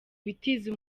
bitiza